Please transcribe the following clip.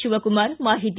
ಶಿವಕುಮಾರ್ ಮಾಹಿತಿ